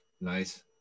nice